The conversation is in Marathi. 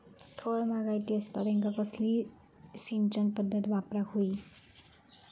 फळबागायती असता त्यांका कसली सिंचन पदधत वापराक होई?